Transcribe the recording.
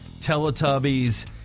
Teletubbies